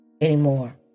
anymore